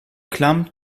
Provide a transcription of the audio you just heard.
klamm